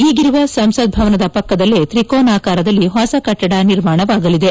ಈಗಿರುವ ಸಂಸತ್ ಭವನದ ಪಕ್ಕದಲ್ಲೇ ತ್ರಿಕೋನಾಕಾರದಲ್ಲಿ ಹೊಸ ಕಟ್ಟದ ನಿರ್ಮಾಣವಾಗಲಿದೆ